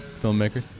filmmakers